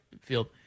field